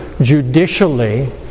judicially